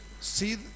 see